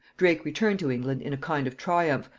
drake returned to england in a kind of triumph,